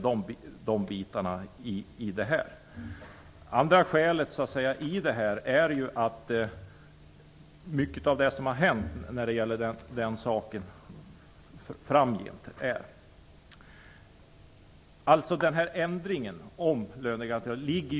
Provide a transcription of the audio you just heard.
Det andra skälet är den föreslagna ändringen i lönegarantilagen.